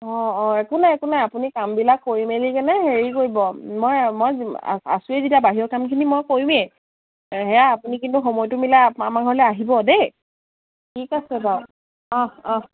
অঁ অঁ একো নাই একো নাই আপুনি কামবিলাক কৰি মেলি কেনে হেৰি কৰিব মই মই আছোঁৱেই যেতিয়া বাহিৰৰ কামখিনি মই কৰিমেই সেয়া আপুনি কিন্তু সময়টো মিলাই আমাৰ মাৰ ঘৰলে আহিব দেই ঠিক আছে বাৰু অঁ অঁ